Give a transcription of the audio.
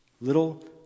little